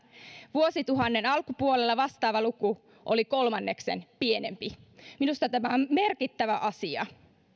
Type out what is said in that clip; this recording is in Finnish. vuosituhannen alkupuolella vastaava luku oli kolmanneksen pienempi minusta tämä on merkittävä asia